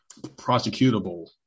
prosecutable